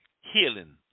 healing